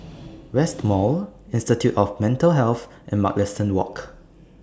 West Mall Institute of Mental Health and Mugliston Walk